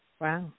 Wow